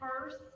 first